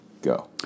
go